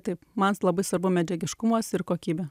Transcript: taip man labai svarbu medžiagiškumas ir kokybė